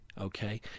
Okay